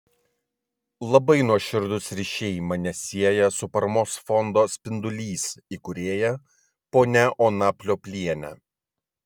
labai nuoširdūs ryšiai mane sieja su paramos fondo spindulys įkūrėja ponia ona pliopliene